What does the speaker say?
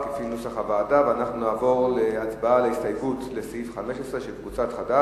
לפיכך אנחנו עוברים עכשיו להצבעה על סעיף 14 כנוסח הוועדה.